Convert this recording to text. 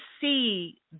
see